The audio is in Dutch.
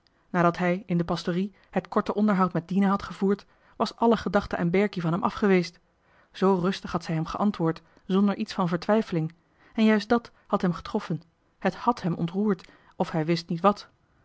nadat hij in de pastorie het korte onderhoud met dina had gevoerd was alle gedachte aan berkie van hem af geweest zoo rustig had zij hem geantwoord zonder iets van vertwijfeling en juist dat had hem getroffen het hàd hem ontroerd of hij wist niet wat